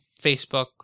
Facebook